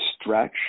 stretch